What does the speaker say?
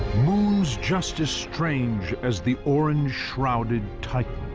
moons just as strange as the orange, shrouded titan